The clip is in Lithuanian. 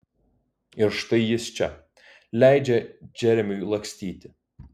ir štai jis čia leidžia džeremiui lakstyti